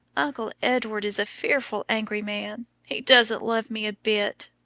uncle edward is a fearful angry man he doesn't love me a bit.